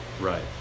Right